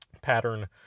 pattern